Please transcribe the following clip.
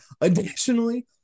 additionally